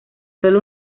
solo